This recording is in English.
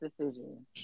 decision